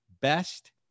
BEST